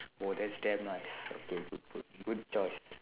oh that's damn nice okay good good good choice